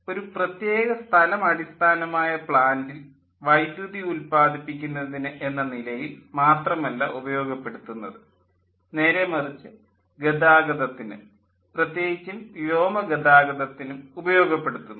ഒരു പ്രത്യേക സ്ഥലം അടിസ്ഥാനമായ പ്ലാൻ്റിൽ വൈദ്യുതി ഉല്പാദിപ്പിക്കുന്നതിന് എന്ന നിലയിൽ മാത്രമല്ല ഉപയോഗപ്പെടുത്തുന്നത് നേരേ മറിച്ച് ഗതാഗതത്തിന് പ്രത്യേകിച്ച് വ്യോമഗതാഗതത്തിനും ഉപയോഗപ്പെടുത്തുന്നു